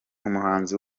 umuhanzi